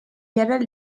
yerel